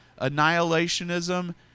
annihilationism